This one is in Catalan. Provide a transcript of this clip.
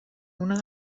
una